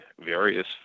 various